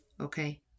Okay